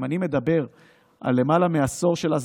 אני מדבר על למעלה מעשור של הזנחה,